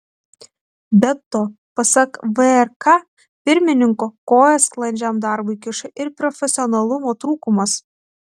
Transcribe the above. be to pasak vrk pirmininko koją sklandžiam darbui kiša ir profesionalumo trūkumas